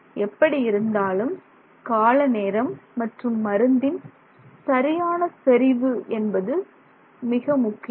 எப்படி இருந்தாலும் காலநேரம் மற்றும் மருந்தின் சரியான செறிவு மிக முக்கியம்